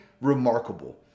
remarkable